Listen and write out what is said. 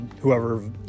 whoever